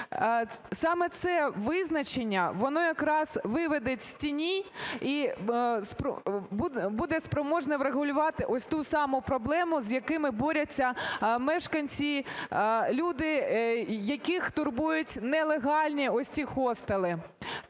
Саме це визначення, воно якраз виведе з тіні і буде спроможне врегулювати ось ту саму проблему, з якою борються мешканці, люди, яких турбують нелегальні оці хостели.